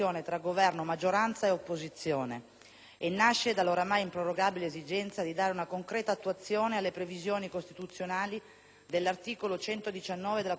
e nasce dalla oramai improrogabile esigenza di dare una concreta attuazione alle previsioni costituzionali dell'articolo 119 della Costituzione in materia di federalismo fiscale.